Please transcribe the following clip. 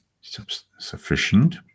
sufficient